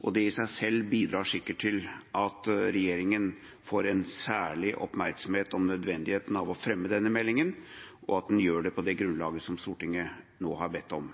og det i seg selv bidrar sikkert til at regjeringa får en særlig oppmerksomhet om nødvendigheten av å fremme denne meldinga, og at en gjør det på det grunnlaget som Stortinget nå har bedt om.